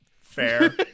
fair